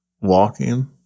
walking